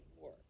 war